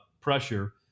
pressure